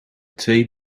twee